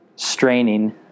straining